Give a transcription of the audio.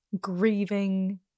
grieving